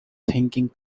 thinking